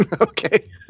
Okay